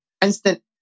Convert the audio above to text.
instant